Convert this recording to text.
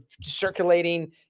circulating